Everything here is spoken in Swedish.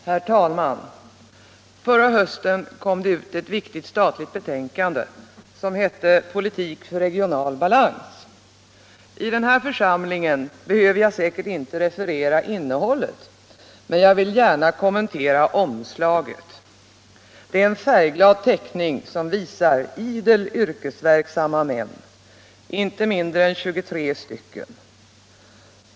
Herr talman! Förra hösten kom det ut ett viktigt statligt betänkande med titeln ”Politik för regional balans”. I den här församlingen behöver Jag säkert inte referera innehållet, men jag vill gärna kommentera omstaget. Det är en färgglad teckning som visar idel yrkesverksamma män - inte mindre än 23 stycken!